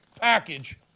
Package